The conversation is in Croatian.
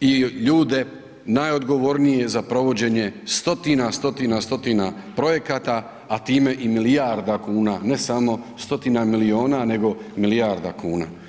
i ljude najodgovornije za provođenje stotina, stotina, stotina projekata, a time i milijarda kuna, ne samo stotina milijuna nego milijarda kuna.